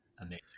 Amazing